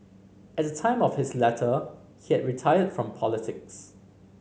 at the time of his letter he had retired from politics